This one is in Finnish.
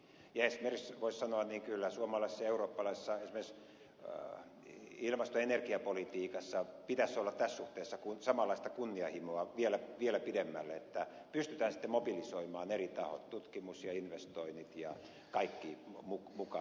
esimerkiksi voisi sanoa että kyllä suomalaisessa ja eurooppalaisessa esimerkiksi ilmasto ja energiapolitiikassa pitäisi olla tässä suhteessa samanlaista kunnianhimoa vielä pidemmälle että pystytään sitten mobilisoimaan eri tahot tutkimus ja investoinnit ja kaikki mukaan